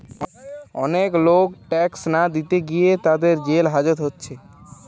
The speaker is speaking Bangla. অনেক লোক ট্যাক্স না দিতে গিয়ে তাদের জেল হাজত হচ্ছে